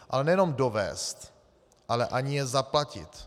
Ale nejenom dovézt, ale ani je zaplatit.